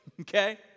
Okay